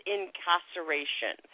Incarceration